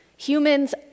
Humans